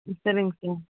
சரிங்க சார்